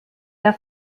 der